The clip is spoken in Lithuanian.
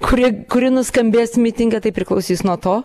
kuri kuri nuskambės mitinge tai priklausys nuo to